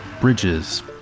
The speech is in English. bridges